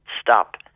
stop